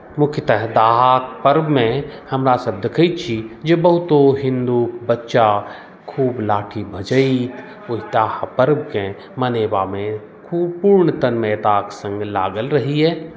मुख्यतः दाहाक पर्वमे हमरासभ देखैत छी जे बहुतो हिन्दू बच्चा खूब लाठी भँजैत ओ दाहा पर्वकेँ मनयबामे खूब पूर्ण तन्मयताक सङ्ग लागल रहैए